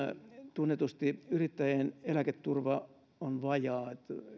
tunnetusti yrittäjien eläketurva on vajaa